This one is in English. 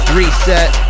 reset